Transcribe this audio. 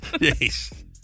Yes